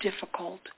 difficult